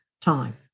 time